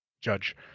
judge